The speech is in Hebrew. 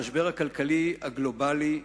המשבר הכלכלי הגלובלי,